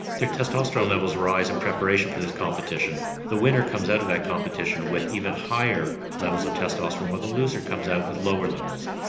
their testosterone levels rise in preparation for this competition, and the winner comes out of that competition with even higher levels of testosterone, while the loser comes out with lower levels.